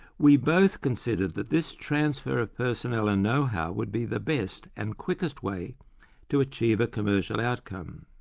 we both considered that this transfer of personnel and know-how would be the best and quickest way to achieve a commercial outcome.